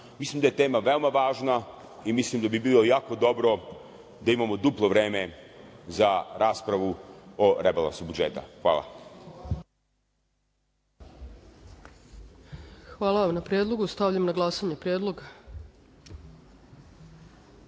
Mislim da je tema veoma važna i mislim da bi bilo jako dobro da imamo duplo vreme za raspravu o rebalansu budžeta. Hvala. **Ana Brnabić** Hvala vam na predlogu. Stavljam na glasanje